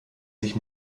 sich